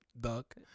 duck